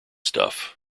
stuff